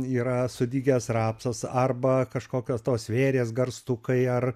yra sudygęs rapsas arba kažkokios tos svėrės garstukai ar